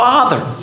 Father